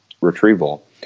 retrieval